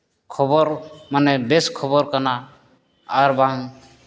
ᱠᱷᱚᱵᱚᱨ ᱠᱟᱱᱟ ᱵᱮᱥ ᱠᱷᱚᱵᱚᱨ ᱠᱟᱱᱟ ᱟᱨ ᱵᱟᱝ